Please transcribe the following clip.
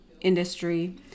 industry